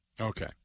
Okay